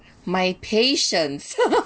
my patience